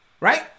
right